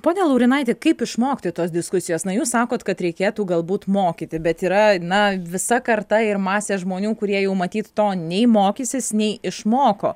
pone laurinaiti kaip išmokti tos diskusijos na jūs sakot kad reikėtų galbūt mokyti bet yra na visa karta ir masė žmonių kurie jau matyt to nei mokysis nei išmoko